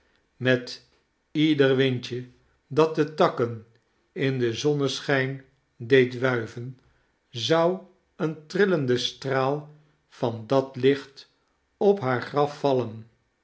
met ieder windje dat de takken in den zonneschijn deed wuiven zou een trillende straal van dat licht op haar graf vallen